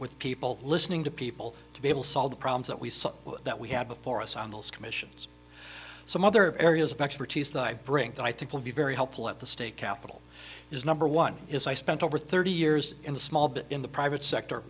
with people listening to people to be able solve the problems that we saw that we had before us on those commissions or some other areas of expertise that i bring that i think will be very helpful at the state capital is number one is i spent over thirty years in the small bit in the private sector